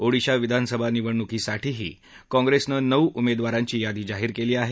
ओडिशा विधानसभा निवडणुकीसाठीही काँग्रेसने नऊ उमेदवारांची यादी जाहीर केली आहे